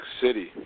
City